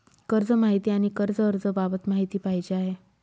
कर्ज माहिती आणि कर्ज अर्ज बाबत माहिती पाहिजे आहे